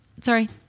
Sorry